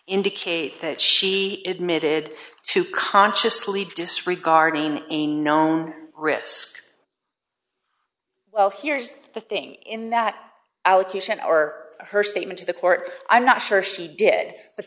indicate that she admitted to consciously disregarding a known risk well here's the thing in that allocation are her statement to the court i'm not sure she did but